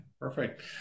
perfect